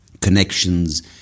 connections